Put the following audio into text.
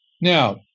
now